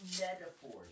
metaphors